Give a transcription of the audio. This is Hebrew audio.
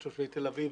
תושבי תל אביב,